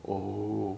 oh